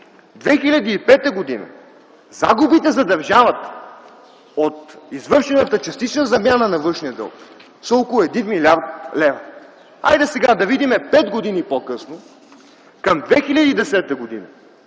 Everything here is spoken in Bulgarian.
2005 г. загубите за държавата от извършената частична замяна на външния дълг са около 1 млрд. лв. Хайде сега да видим пет години по-късно към 2010 г.